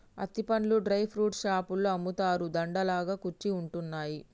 అత్తి పండ్లు dry fruits షాపులో అమ్ముతారు, దండ లాగా కుచ్చి ఉంటున్నాయి